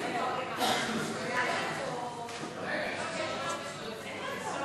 מעצרים) (תיקון מס'